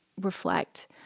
reflect